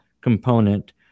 component